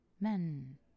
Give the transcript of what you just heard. Men